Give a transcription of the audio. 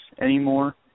anymore